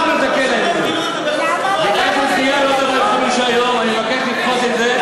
אנחנו, למה, אני מבקש לדחות את זה.